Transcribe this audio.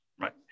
Right